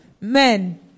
Men